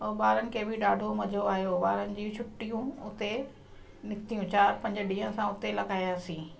ऐं ॿारनि खे बि ॾाढो मजो आयो ॿारनि जी छुट्टियूं उते निकितियूं चारि पंज ॾींहुं असां उते लगायासीं